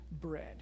bread